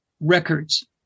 records